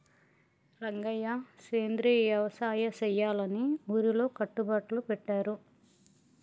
రంగయ్య సెంద్రియ యవసాయ సెయ్యాలని ఊరిలో కట్టుబట్లు పెట్టారు